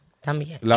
También